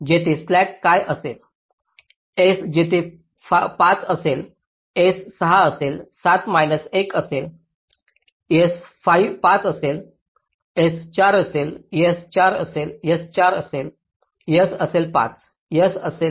येथे स्लॅक काय असेल S येथे 5 असेल S 6 असेल 7 मैनास 1 असेल S 5 असेल S 4 असेल S 4 असेल S 4 असेल S असेल 5 S असेल